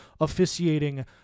officiating